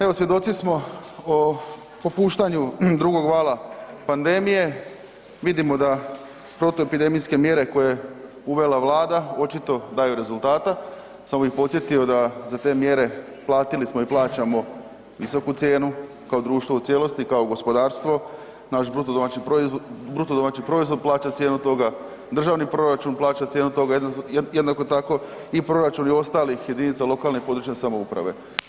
Evo svjedoci smo o popuštanju drugog vala pandemije, vidimo da protuepidemijske mjere koje je uvela Vlada, očito daju rezultata, samo bih podsjetio da za te mjere platili smo i plaćamo visoku cijenu kao društvo u cijelosti, kao gospodarstvo, naš BDP plaća cijenu toga, državni proračun plaća cijenu toga, jednako tako i proračun i ostalih jedinica lokalne i područne samouprave.